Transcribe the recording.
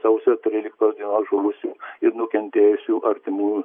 sausio tryliktos deinos žuvusių ir nukentėjusių artimų